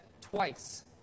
twice